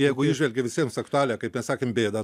jeigu įžvelgia visiems aktualią kaip mes sakėm bėdą